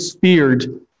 feared